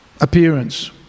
appearance